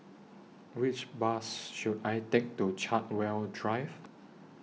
Which Bus should I Take to Chartwell Drive